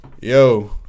Yo